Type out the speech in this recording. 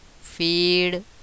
feed